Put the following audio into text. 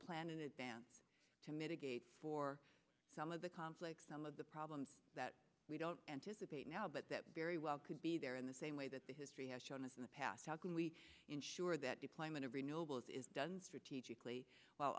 plan in advance to mitigate for some of the conflicts some of the problems that we don't anticipate now but that very well could be there in the same way that the history has shown us in the past how can we ensure that deployment of renewables is done strategically w